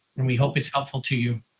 and we hope it's helpful to you.